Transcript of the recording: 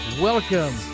welcome